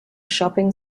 shopping